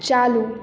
चालू